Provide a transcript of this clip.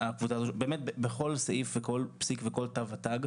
באמת בכל סעיף ובכל פסיק ובכל תו ותג.